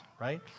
right